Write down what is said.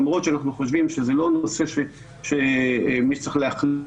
למרות שאנחנו חושבים שזה לא נושא של מי צריך להחליט,